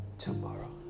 tomorrow